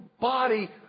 body